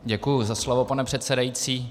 Děkuji za slovo, pane předsedající.